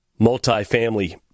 multifamily